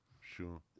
sure